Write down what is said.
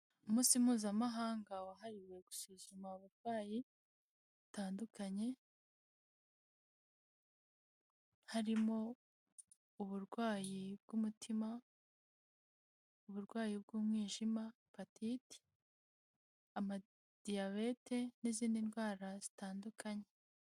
Umunsi mpuzamahanga wahariwe gusuzuma uburwayi batandukanye, harimo uburwayi bw'umutima, uburwayi bw'umwijima, epatite, amadiyabete n'izindi ndwara zitandukanye.